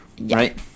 right